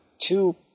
two